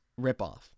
ripoff